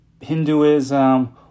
Hinduism